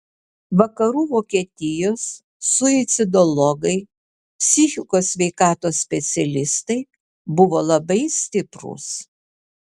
vakarų vokietijos suicidologai psichikos sveikatos specialistai buvo labai stiprūs